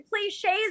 cliches